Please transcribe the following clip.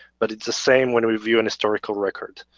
but it's the same when we view an historical record.